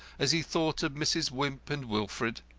as he thought of mrs. wimp and wilfred.